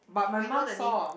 but you know the name